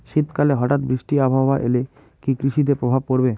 শীত কালে হঠাৎ বৃষ্টি আবহাওয়া এলে কি কৃষি তে প্রভাব পড়বে?